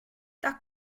the